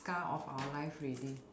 scar of our life ready